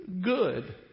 good